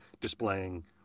displaying